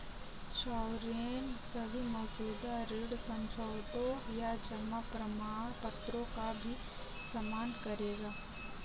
sovereign सभी मौजूदा ऋण समझौतों या जमा प्रमाणपत्रों का भी सम्मान करेगा